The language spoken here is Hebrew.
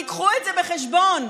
תביאו את זה בחשבון.